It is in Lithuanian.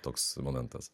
toks momentas